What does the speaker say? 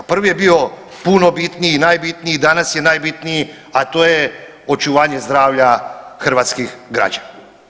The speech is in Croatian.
Prvi je bio puno bitniji, najbitniji, danas je najbitniji, a to je očuvanje zdravlja hrvatskih građana.